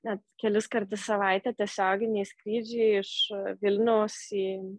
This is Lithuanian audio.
net keliskart į savaitę tiesioginiai skrydžiai iš vilniaus į